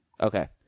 Okay